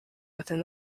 within